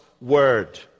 word